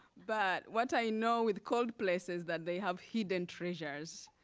but what i know with cold places, that they have hidden treasures.